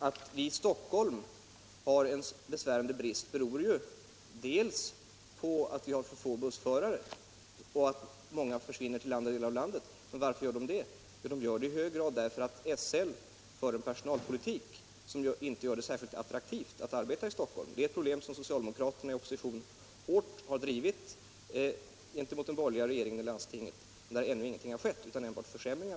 Att vi i Stockholm har en besvärande brist beror delvis på att vi har så få bussförare och på att många av dem försvinner till andra delar av landet. Varför gör de det? Det gör de därför att SL för en personalpolitik som inte gör det särskilt attraktivt att arbeta i Stockholm. Det är ett problem som socialdemokraterna i opposition hårt har angripit den borgerliga regeringen i landstinget för. Men ännu har ingenting skett, utom försämringar.